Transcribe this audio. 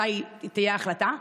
מתי תהיה ההחלטה,